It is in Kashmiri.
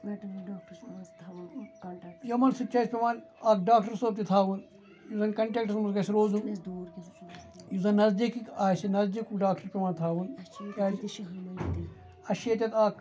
یِمَن سۭتۍ چھُ اَسہِ پیٚوان اکھ ڈاکٹَر صٲب تہِ تھاوُن یُس زَن کَنٹیٚکٹَس مَنٛز گَژھِ روزُن یُس زَن نَزدیٖکِک آسہِ نَزدیٖکُک ڈاکٹَر پیٚوان تھاوُن اَسہِ چھُ ییٚتیٚتھ اکھ